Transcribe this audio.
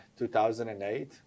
2008